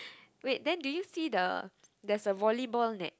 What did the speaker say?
wait then do you see the that's a volleyball net